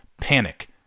panic